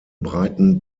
breiten